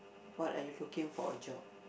what are you looking for a job